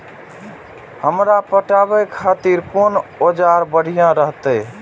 हमरा पटावे खातिर कोन औजार बढ़िया रहते?